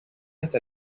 hasta